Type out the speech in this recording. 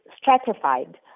stratified